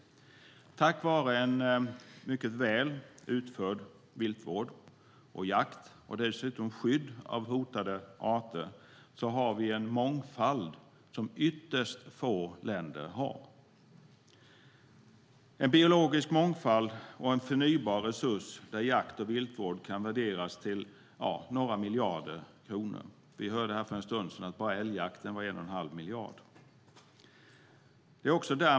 Tack vare en mycket väl utförd viltvård och jakt och dessutom skydd av hotade arter har vi en mångfald som ytterst få länder har. Vi har en biologisk mångfald och en förnybar resurs där jakt och viltvård kan värderas till några miljarder kronor. Vi hörde här för en stund sedan att bara älgjakten kan värderas till 1 1⁄2 miljard.